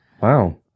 Wow